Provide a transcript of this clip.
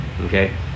Okay